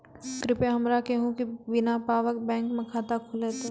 कृपया हमरा कहू कि बिना पायक बैंक मे खाता खुलतै?